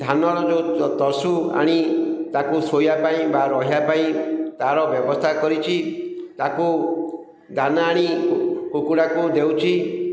ଧାନର ଯେଉଁ ଆଣି ତାକୁ ଶୋଇବା ପାଇଁ ବା ରହିବା ପାଇଁ ତା'ର ବ୍ୟବସ୍ଥା କରିଛି ତାକୁ ଦାନା ଆଣି କୁକୁଡ଼ାକୁ ଦେଉଛି